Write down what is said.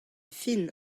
fin